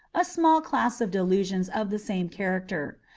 a small class of delusions of the same character,